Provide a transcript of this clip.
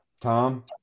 Tom